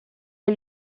est